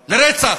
לרצח?